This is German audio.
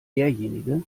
derjenige